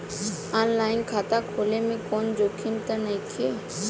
आन line खाता खोले में कौनो जोखिम त नइखे?